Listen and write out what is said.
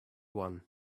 one